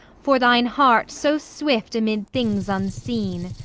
for thine heart so swift amid things unseen?